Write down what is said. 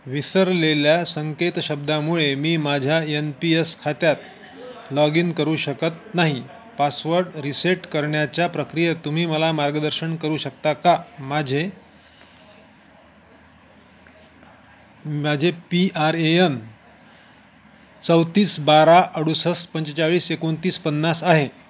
विसरलेल्या संकेत शब्दामुळे मी माझ्या यन पी यस खात्यात लॉग इन करू शकत नाही पासवर्ड रीसेट करण्याच्या प्रक्रियेत तुम्ही मला मार्गदर्शन करू शकता का माझे माझे पी आर ए यन चौतीस बारा अडुसष्ट पंचेचाळीस एकोणतीस पन्नास आहे